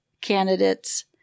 candidates